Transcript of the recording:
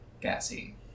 Gassy